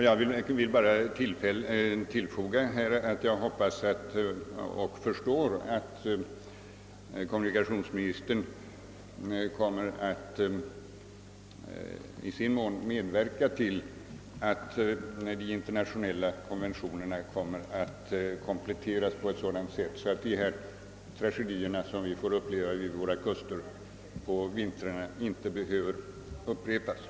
Jag vill endast tillfoga att jag hoppas att jag vet — att kommunikations ministern kommer att i sin mån medverka till att de internationella konventionerna kompletteras på ett sådant sätt, att tragedier av det slag som vi upplevt vid våra kuster under vintrarna inte behöver upprepas.